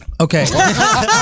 Okay